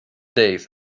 days